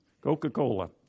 Coca-Cola